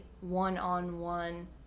one-on-one